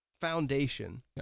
foundation